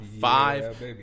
five